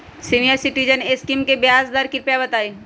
senior citizen scheme के ब्याज दर कृपया बताईं